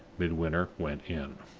midwinter went in.